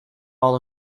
all